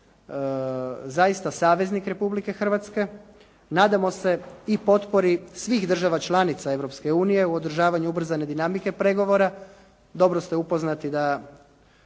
zaista saveznik Republike Hrvatske. Nadamo se i potpori svih država članica Europske unije u održavanju ubrzane dinamike pregovora. Dobro ste upoznati da